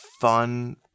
fun